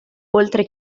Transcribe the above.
oltre